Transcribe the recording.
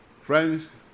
Friends